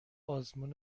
آزمون